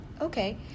Okay